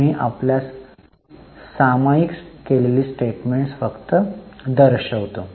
मी आपल्यास सामायिक केलेली स्टेटमेंट्स फक्त दर्शवतो